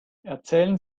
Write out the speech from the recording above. erzählen